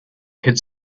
kid